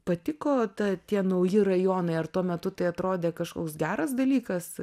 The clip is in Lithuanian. patiko ta tie nauji rajonai ar tuo metu tai atrodė kažkoks geras dalykas